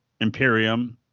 Imperium